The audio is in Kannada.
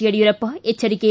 ಯಡಿಯೂರಪ್ಪ ಎಚ್ಚರಿಕೆ